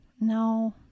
No